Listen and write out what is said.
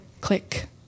Click